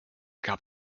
gab